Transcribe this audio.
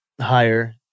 higher